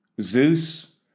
Zeus